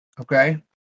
Okay